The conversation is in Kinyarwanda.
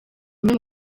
umwe